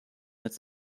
its